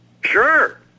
Sure